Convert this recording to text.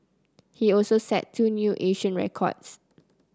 he also set two new Asian records